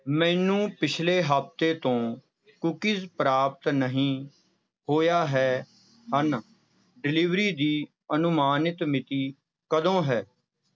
ਮੈਨੂੰ ਪਿਛਲੇ ਹਫ਼ਤੇ ਤੋਂ ਕੂਕੀਜ਼ ਪ੍ਰਾਪਤ ਨਹੀਂ ਹੋਇਆ ਹੈ ਹਨ ਡਿਲੀਵਰੀ ਦੀ ਅਨੁਮਾਨਿਤ ਮਿਤੀ ਕਦੋਂ ਹੈ